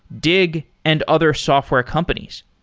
dig and other software companies.